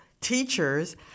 teachers